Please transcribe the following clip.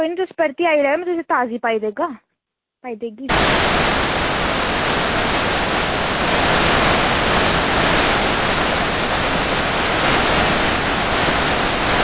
कोई नेई तुस परतियै आई जाएओ में तुसेंगी ताजी पाई देगा पाई देगी